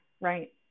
right